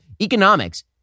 Economics